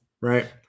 right